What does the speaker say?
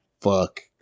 fuck